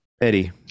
eddie